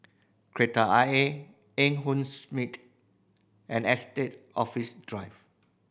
Kreta Ayer Eng Hoon and Estate Office Drive